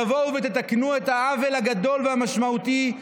תבואו ותתקנו את העוול הגדול והמשמעותי.